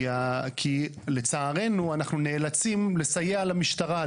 כי לצערנו אנחנו נאלצים לסייע למשטרה.